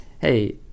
hey